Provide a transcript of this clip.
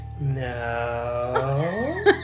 No